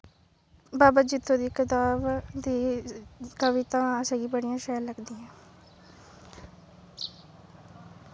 बावा जित्तो दी कताब दी ते तां असेंगी बड़ी शैल लगदियां